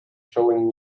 showing